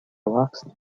waxed